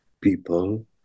people